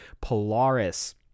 polaris